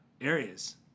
areas